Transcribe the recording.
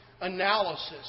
analysis